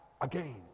again